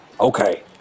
Okay